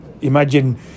imagine